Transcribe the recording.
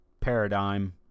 paradigm